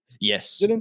Yes